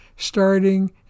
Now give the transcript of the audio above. Starting